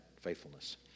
faithfulness